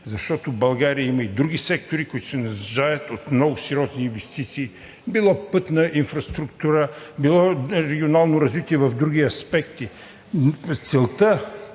защото в България има и други сектори, които се нуждаят от много сериозни инвестиции – било пътна инфраструктура, било регионално развитие в други аспекти. Целта